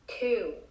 Two